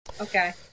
Okay